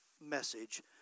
message